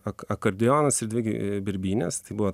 ak akordeonas ir dvi birbynės tai buvo